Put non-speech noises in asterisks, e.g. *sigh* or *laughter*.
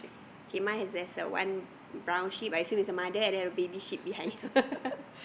K mine has a has a one brown sheep I see with a mother and then a baby sheep behind *laughs*